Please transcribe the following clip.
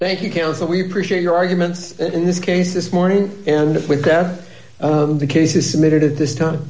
thank you counsel we appreciate your arguments in this case this morning and with that the case is needed at this time